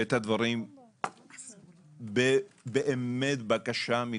את הדברים באמת בבקשה מכולכם.